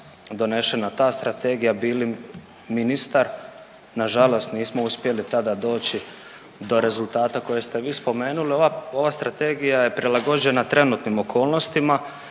donešena ta Strategija bili ministar. Nažalost nismo uspjeli tada doći do rezultata koje ste vi spomenuli. Ova Strategija je prilagođena trenutnim okolnostima